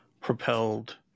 propelled